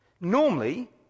Normally